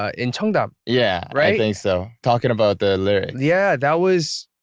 ah in cheongdam. yeah, right? i think so. talking about the lyrics. yeah. that was.